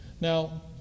Now